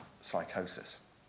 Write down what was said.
psychosis